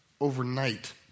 overnight